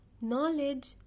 Knowledge